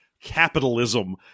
capitalism